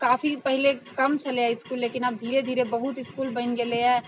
काफी पहिले कम छलै इसकुल लेकिन आब धीरे धीरे बहुत इसकुल बनि गेलैए